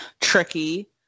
Tricky